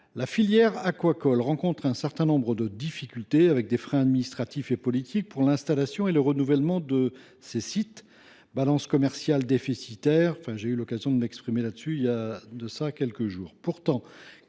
La filière aquacole rencontre un certain nombre de difficultés : freins administratifs et politiques pour l’installation et le renouvellement des sites, balance commerciale déficitaire. J’ai eu l’occasion de m’exprimer sur ce dernier point il y a quelques jours.